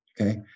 Okay